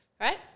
Right